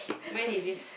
mine is if